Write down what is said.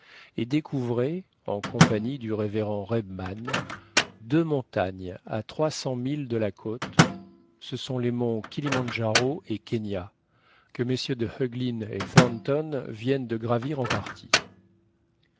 et découvrait en compagnie du révérend rebmann deux montagnes à trois cents milles de la côte ce sont les monts kilimandjaro et kenia que mm de heuglin et thornton viennent de gravir en partie